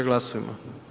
Glasujmo.